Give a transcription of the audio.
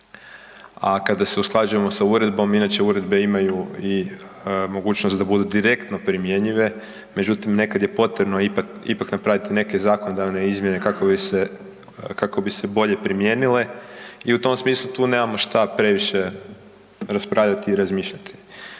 A kada se usklađujemo sa uredbom, inače uredbe imaju i mogućnost da budu direktno primjenjive, međutim nekad je potrebno ipak, ipak napraviti neke zakonodavne izmjene kako bi se, kako bi se bolje primijenile i u tom smislu tu nemamo šta previše raspravljati i razmišljati